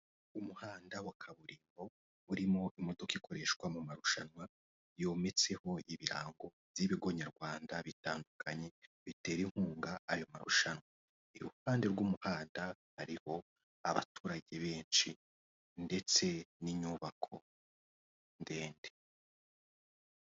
Umuhanda wa kaburimbo urimo imodoka ikoreshwa mu marushanwa yometseho ibirango by'ibigo nyarwanda bitandukanye bitera inkunga ayo marushanwa, iruhande rw'umuhanda hariho abaturage benshi ndetse n'inyubako ndende.